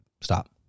Stop